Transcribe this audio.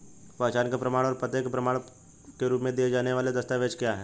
पहचान के प्रमाण और पते के प्रमाण के रूप में दिए जाने वाले दस्तावेज क्या हैं?